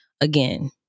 again